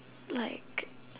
like